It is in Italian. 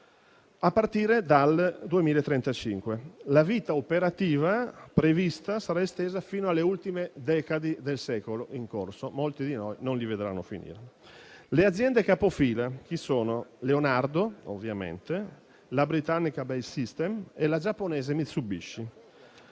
a partire dal 2035. La vita operativa prevista sarà estesa fino alle ultime decadi del secolo in corso. Molti di noi, quindi, non li vedranno finire. Le aziende capofila sono Leonardo - ovviamente -, la britannica Bae Systems e la giapponese Mitsubishi.